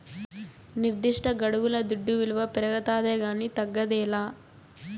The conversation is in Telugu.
నిర్దిష్టగడువుల దుడ్డు విలువ పెరగతాదే కానీ తగ్గదేలా